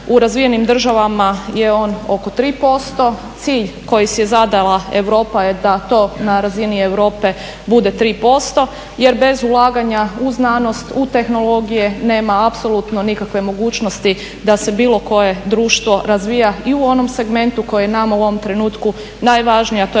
U razvijenim državama je on oko 3%. Cilj koji si je zadala Europa je da to na razini Europe bude 3% jer bez ulaganja u znanost, u tehnologije nema apsolutno nikakve mogućnosti da se bilo koje društvo razvija i u onom segmentu koji je nama u ovom trenutku najvažniji